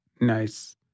Nice